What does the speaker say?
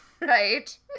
right